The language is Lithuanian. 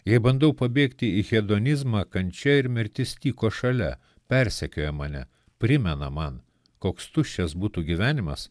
jei bandau pabėgti į hedonizmą kančia ir mirtis tyko šalia persekioja mane primena man koks tuščias būtų gyvenimas